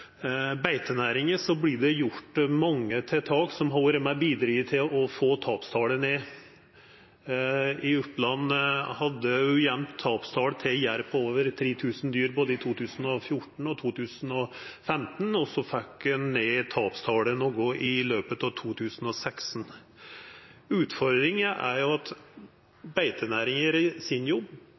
beitenæringa vert det gjort mange tiltak som har vore med på å bidra til å få tapstala ned. I Oppland hadde ein eit jamt tapstal til jerv på over tre tusen dyr i både 2014 og 2015, og så fekk ein ned tapstala noko i løpet av 2016. Utfordringa er at beitenæringa gjer sin jobb,